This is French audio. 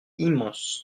immense